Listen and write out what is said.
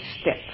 step